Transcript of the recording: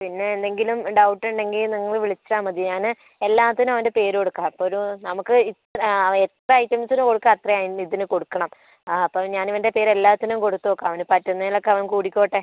പിന്നെ എന്തെങ്കിലും ഡൗട്ട് ഉണ്ടെങ്കിൽ നിങ്ങൾ വിളിച്ചാൽ മതി ഞാൻ എല്ലാത്തിനും അവൻ്റെ പേര് കൊടുക്കാം അപ്പോഴൊരു നമുക്ക് ഇത്ര എത്ര ഐറ്റംസിന് കൊടുക്കുക അത്രയും അതിന് ഇതിന് കൊടുക്കണം അപ്പം ഞാനിവൻ്റെ പേര് എല്ലാത്തിനും കൊടുത്ത് നോക്കാം അവന് പറ്റുന്നതിലൊക്കെ അവൻ കൂടിക്കോട്ടെ